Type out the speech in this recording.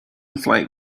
flight